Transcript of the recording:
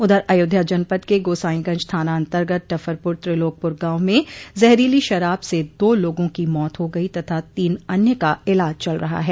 उधर अयोध्या जनपद के गोसाईगंज थाना अन्तर्गत डफरपुर त्रिलोकपुर गांव में जहरीली शराब से दो लोगों की मौत हो गई तथा तीन अन्य का इलाज चल रहा है